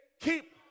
keep